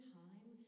time